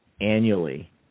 annually